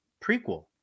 prequel